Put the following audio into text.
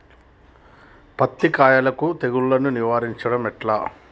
పత్తి కాయకు తెగుళ్లను నివారించడం ఎట్లా?